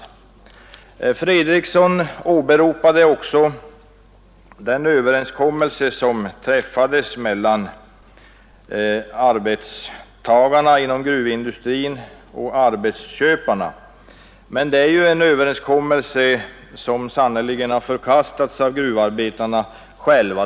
Herr Fredriksson åberopar också den överenskommelse som träffades mellan arbetstagarna inom gruvindustrin och arbetsköparna, men det är ju en överenskommelse som har förkastats av gruvarbetarna själva.